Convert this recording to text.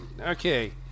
Okay